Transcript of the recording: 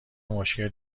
مشکل